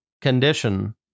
condition